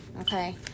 okay